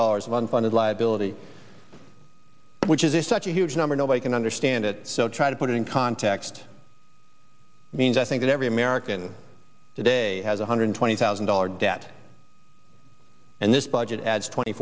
dollars of unfunded liability which is such a huge number nobody can understand it so try to put it in context means i think that every american today has one hundred twenty thousand dollar debt and this budget adds twenty